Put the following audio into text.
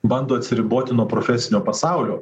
bando atsiriboti nuo profesinio pasaulio